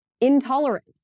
intolerant